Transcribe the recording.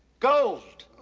gold.